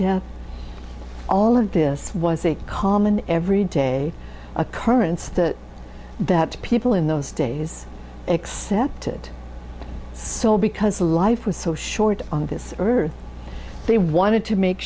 death all of this was a common everyday occurrence that that people in those days accepted so because a life was so short on this earth they wanted to make